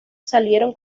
salieron